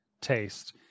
taste